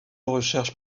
recherche